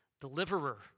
deliverer